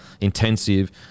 intensive